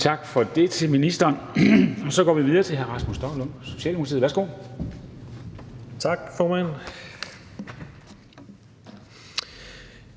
tak til ministeren. Så går vi videre til hr. Rasmus Stoklund, Socialdemokratiet. Værsgo. Kl.